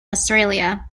australia